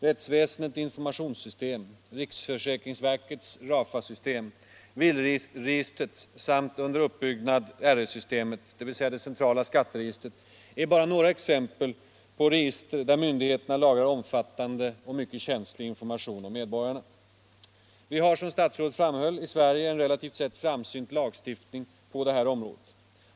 Rättsväsendets informationssystem, riksförsäkringsverkets RAFA-system, bilregistret samt det under uppbyggnad varande RS-systemet, dvs. det centrala skat 111 teregistret, är bara några exempel på register där myndigheterna lagrar omfattande och mycket känslig information om medborgarna. Vi har, som statsrådet framhöll, i Sverige en relativt sett framsynt lagstiftning på det här området.